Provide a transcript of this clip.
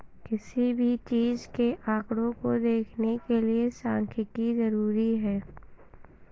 किसी भी चीज के आंकडों को देखने के लिये सांख्यिकी जरूरी हैं